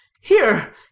Here